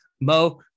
Mo